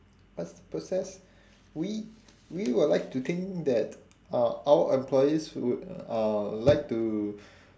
what's the process we we would like to think that uh our employees would uh like to